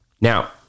Now